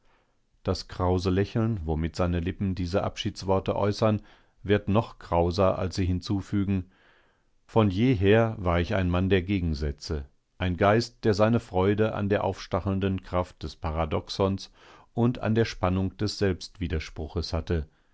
das krause lächeln womit seine lippen diese abschiedsworte äußern wird noch krauser als sie hinzufügen von jeher war ich ein mann der gegensätze ein geist der seine freude an der aufstachelnden kraft des paradoxons und an der spannung des selbstwiderspruches hatte